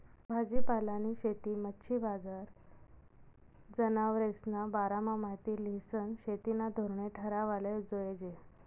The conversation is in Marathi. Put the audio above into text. भाजीपालानी शेती, मच्छी बजार, जनावरेस्ना बारामा माहिती ल्हिसन शेतीना धोरणे ठरावाले जोयजे